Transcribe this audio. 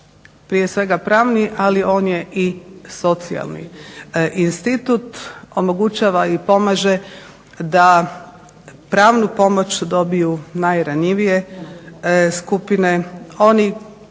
prije svega pravni ali on je i socijalni institut. Omogućava i pomaže da pravnu pomoć dobiju najranjivije skupine.